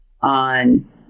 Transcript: on